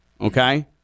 Okay